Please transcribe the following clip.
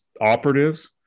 operatives